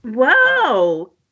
whoa